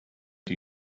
die